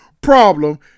problem